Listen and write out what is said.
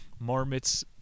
Marmots